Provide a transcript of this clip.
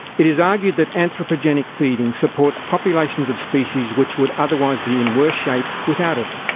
it is argued that anthropogenic feeding supports populations of species which would otherwise be in worse shape without it.